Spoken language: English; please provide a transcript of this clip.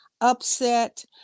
upset